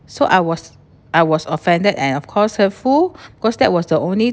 so I was I was offended and of course hurtful cause that was the only